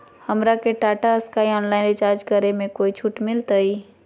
हमरा के Tata Sky online recharge करे में कोई छूट मिलतई